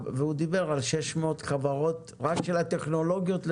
הוא דיבר על 600 חברות רק של הטכנולוגיות לרכבים.